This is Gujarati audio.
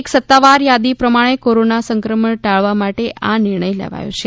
એક સત્તાવાર યાદી પ્રમાણે કોરોના સંક્રમણ ટાળવા માટે આ નિર્ણય લેવાયો છે